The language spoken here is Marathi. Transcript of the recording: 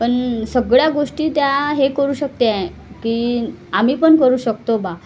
पण सगळ्या गोष्टी त्या हे करू शकते की आम्ही पण करू शकतो बा